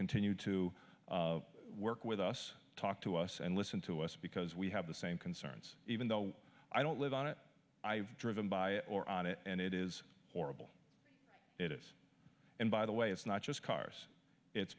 continue to work with us talk to us and listen to us because we have the same concerns even though i don't live on it i've driven by or on it and it is horrible it is and by the way it's not just cars it's